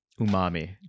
Umami